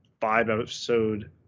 five-episode